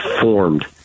formed